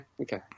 okay